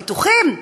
הביטוחים,